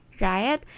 right